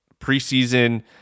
preseason